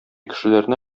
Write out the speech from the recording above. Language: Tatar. кешеләрне